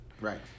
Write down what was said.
Right